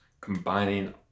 combining